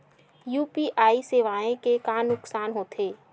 UPI सेवाएं के का नुकसान हो थे?